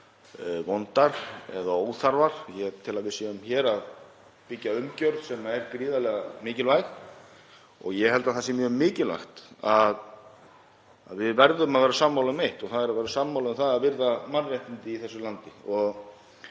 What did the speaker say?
vondar eða óþarfar og ég tel að við séum hér að byggja umgjörð sem er gríðarlega mikilvæg. Ég held að það sé mjög mikilvægt að við verðum að vera sammála um eitt og það er að vera sammála um það að virða mannréttindi í þessu landi.